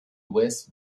ouest